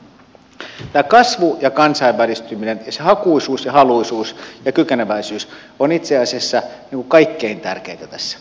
tämä kasvu ja kansainvälistyminen ja se hakuisuus ja haluisuus ja kykeneväisyys on itse asiassa kaikkein tärkeintä tässä